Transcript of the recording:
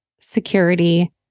security